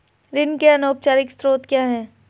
ऋण के अनौपचारिक स्रोत क्या हैं?